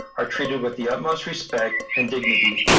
are treated with the utmost respect and dignity,